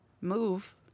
move